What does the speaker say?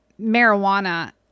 marijuana